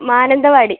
Mananthavady